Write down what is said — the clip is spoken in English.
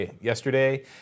yesterday